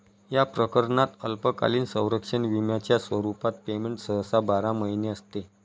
या प्रकरणात अल्पकालीन संरक्षण विम्याच्या स्वरूपात पेमेंट सहसा बारा महिने असते